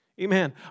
Amen